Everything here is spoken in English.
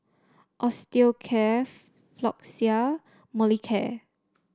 Osteocare Floxia Molicare